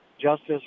Justice